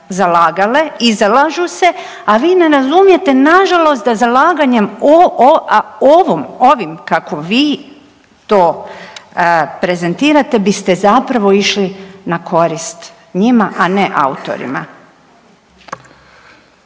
zalagale i zalažu se, a vi ne razumijete na žalost da zalaganjem ovim kako vi to prezentirate biste zapravo išli na korist njima a ne autorima.